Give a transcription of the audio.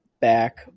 back